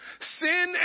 Sin